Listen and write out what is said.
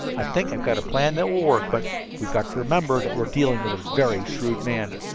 i think i've got a plan that will work but we've got to remember that we are dealing with a very shrewd man.